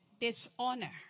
Dishonor